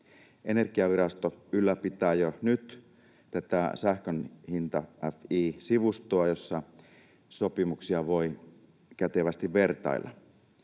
Energiavirasto ylläpitää jo nyt tätä sähkönhinta.fi‑sivustoa, jossa sopimuksia voi kätevästi vertailla.